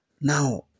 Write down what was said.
Now